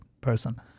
person